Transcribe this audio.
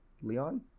Leon